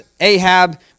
Ahab